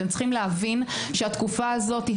אתם צריכים להבין שהתקופה הזאתי,